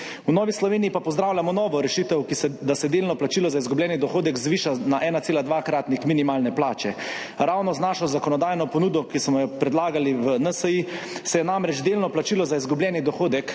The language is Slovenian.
V Novi Sloveniji pa pozdravljamo novo rešitev, da se delno plačilo za izgubljeni dohodek zviša na 1,2-kratnik minimalne plače. Ravno z našo zakonodajno ponudbo, ki smo jo predlagali v NSi, se je namreč delno plačilo za izgubljeni dohodek